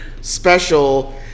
special